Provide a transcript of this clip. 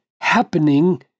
happening